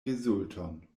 rezulton